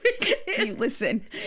Listen